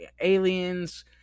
aliens